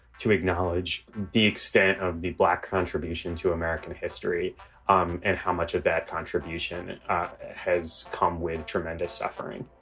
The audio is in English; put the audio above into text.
to acknowledge the extent of the black contribution to american history um and how much of that contribution has come with tremendous suffering